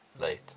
late